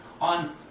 on